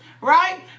right